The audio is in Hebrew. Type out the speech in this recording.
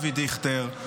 אבי דיכטר.